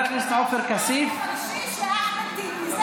בקשיש לעופר כסיף ואחמד טיבי.